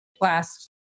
last